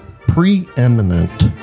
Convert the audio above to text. Preeminent